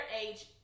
age